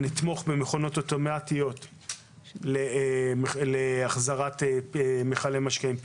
נתמוך במכונות אוטומטיות להחזרת מכלי משקה עם פיקדון.